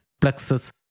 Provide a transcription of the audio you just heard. plexus